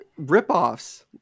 ripoffs